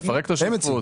לפרק את השותפות,